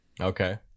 Okay